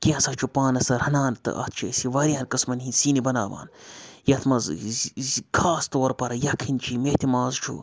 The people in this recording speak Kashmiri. کینٛژاہ چھُ پانَس رَنان تہٕ اَتھ چھِ أسۍ یہِ واریاہَن قٕسمَن ہِنٛدۍ سِنۍ بَناوان یَتھ منٛز خاص طور پَر یَکھٕنۍ چھِ یہِ میتھِ ماز چھُ